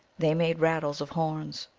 they made rattles of horns.